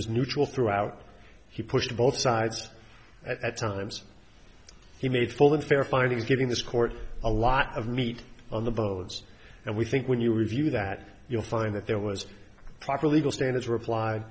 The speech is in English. was neutral throughout he pushed both sides at times he made full and fair findings giving this court a lot of meat on the boats and we think when you review that you'll find that there was proper legal standards repl